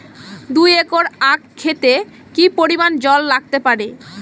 দুই একর আক ক্ষেতে কি পরিমান জল লাগতে পারে?